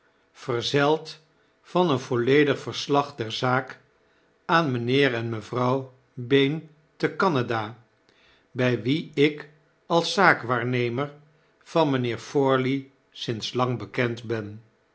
van een volledig verslag der zaak aan mijnheer en mevrouw bayne te canada by wie ik als zaakwaarnemer van mijnheer forley sinds lang bekend ben